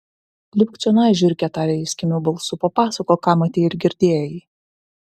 lipk čionai žiurke tarė jis kimiu balsu papasakok ką matei ir girdėjai